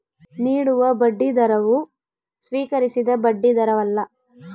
ನೀಡುವ ಬಡ್ಡಿದರವು ಸ್ವೀಕರಿಸಿದ ಬಡ್ಡಿದರವಲ್ಲ